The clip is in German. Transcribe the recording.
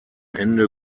ende